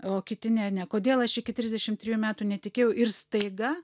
o kiti ne ane kodėl aš iki trisdešimt trijų metų netikėjau ir staiga